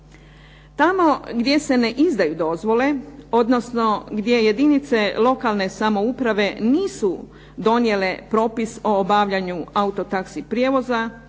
Tamo gdje se ne izdaju dozvole odnosno tamo gdje jedinice lokalne samouprave nisu donijele propis o obavljanju auto taxi prijevoza